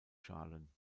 schalen